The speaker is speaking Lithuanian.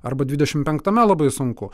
arba dvidešim penktame labai sunku